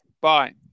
Bye